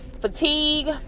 fatigue